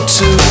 two